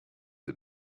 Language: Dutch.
het